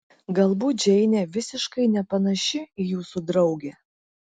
galbūt džeinė visiškai nepanaši į jūsų draugę